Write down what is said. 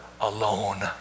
alone